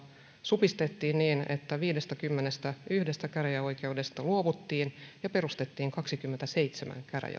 supistettiin niin että viidestäkymmenestäyhdestä käräjäoikeudesta luovuttiin ja perustettiin kaksikymmentäseitsemän käräjäoikeutta